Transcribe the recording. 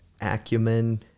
acumen